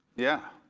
yeah,